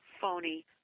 phony